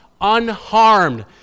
unharmed